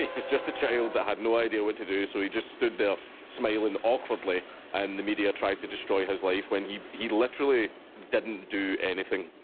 it's just a child that had no idea what to do so he just stood there smiling awkwardly and the media tried to destroy his life when he he literally didn't do anything